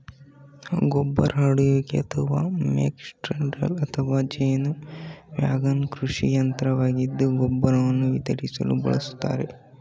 ಗೊಬ್ಬರ ಹರಡುವಿಕೆ ಅಥವಾ ಮಕ್ ಸ್ಪ್ರೆಡರ್ ಅಥವಾ ಜೇನು ವ್ಯಾಗನ್ ಕೃಷಿ ಯಂತ್ರವಾಗಿದ್ದು ಗೊಬ್ಬರವನ್ನು ವಿತರಿಸಲು ಬಳಸಲಾಗ್ತದೆ